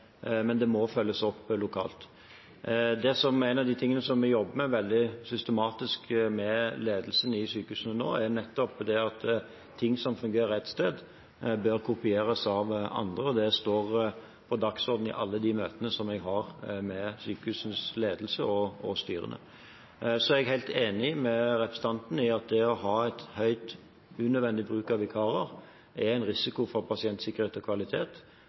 men det må følges opp lokalt. En av de tingene vi jobber med veldig systematisk med ledelsen i sykehusene nå, er nettopp det at noe som fungerer ett sted, bør kopieres av andre. Det står på dagsordenen i alle de møtene jeg har med sykehusenes ledelse og styre. Jeg er helt enig med representanten i at det å ha et høyt, unødvendig bruk av vikarer er en risiko for pasientsikkerhet og kvalitet